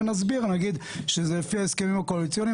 וגם הדיבור על זה בין הוועדות זה הרי גם קומבינה.